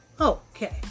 Okay